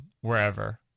wherever